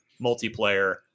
multiplayer